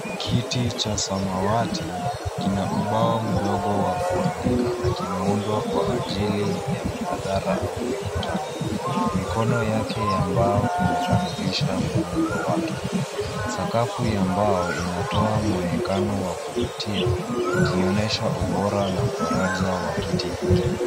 Kiti cha samawati kina ubao mdogo wa kuandika na kimeundwa kwa ajili ya mihadhara au mikutano. Mikono yake ya mbao inakamilisha muundo wake. Sakafu ya mbao inatoa mwonekano wa kuvutia ikionyesha ubora na faraja wa kiti hiki.